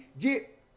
get